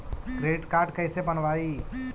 Credit card कैसे बनवाई?